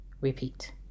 repeat